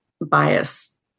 bias